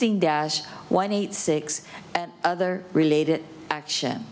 n dash one eight six and other related action